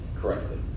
correctly